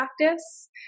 practice